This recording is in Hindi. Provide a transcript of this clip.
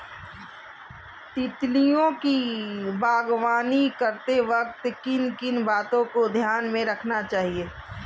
तितलियों की बागवानी करते वक्त किन किन बातों को ध्यान में रखना चाहिए?